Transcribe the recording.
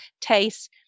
taste